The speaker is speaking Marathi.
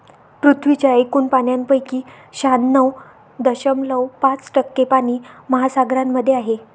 पृथ्वीच्या एकूण पाण्यापैकी शहाण्णव दशमलव पाच टक्के पाणी महासागरांमध्ये आहे